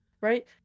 right